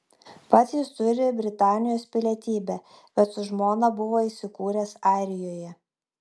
pats jis turi britanijos pilietybę bet su žmona buvo įsikūrę airijoje